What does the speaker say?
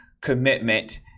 commitment